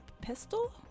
pistol